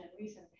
reason